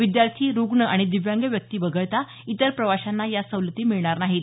विद्यार्थी रुग्ण आणि दिव्यांग व्यक्ती वगळता इतर प्रवाशांना या सवलती मिळणार नाहीत